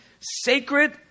sacred